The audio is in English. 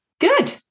Good